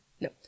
No